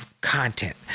content